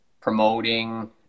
promoting